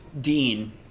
Dean